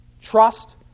trust